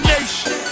Nation